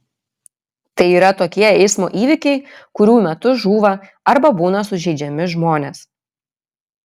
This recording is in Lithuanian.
tai yra tokie eismo įvykiai kurių metu žūva arba būna sužeidžiami žmonės